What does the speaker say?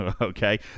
okay